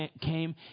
came